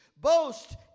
boast